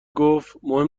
گفتمهم